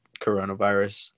coronavirus